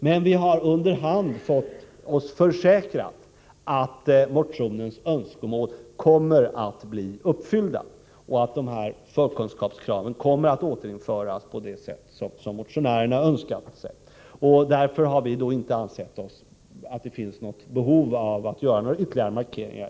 Men vi har under hand fått oss försäkrat att motionens önskemål kommer att bli uppfyllda och att dessa förkunskapskrav kommer att återinföras på det sätt motionärerna önskat. Därför har vi inte ansett att det finns behov av ytterligare markeringar.